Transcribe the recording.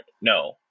no